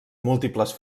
múltiples